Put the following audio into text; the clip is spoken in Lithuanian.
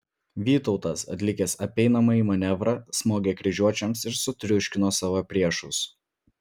vytautas atlikęs apeinamąjį manevrą smogė kryžiuočiams ir sutriuškino savo priešus